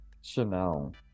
Chanel